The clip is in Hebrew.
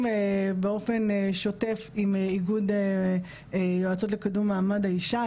באופן שוטף עם איגוד יועצות לקידום מעמד האישה.